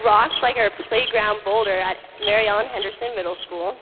rocks like our playground boulder at mary ellen henderson middle school